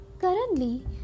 Currently